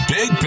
Big